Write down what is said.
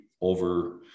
over